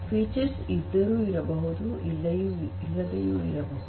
ವೈಶಿಷ್ಟ್ಯಗಳು ಇದ್ದರೂ ಇರಬಹುದು ಇಲ್ಲದೆಯೂ ಇರಬಹುದು